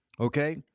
okay